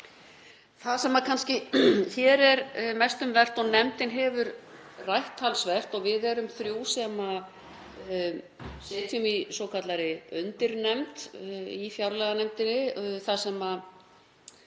Það sem kannski hér er mest um vert og nefndin hefur rætt talsvert — við erum þrjú sem sitjum í svokallaðri undirnefnd í fjárlaganefnd þar sem við